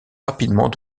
rapidement